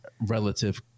relative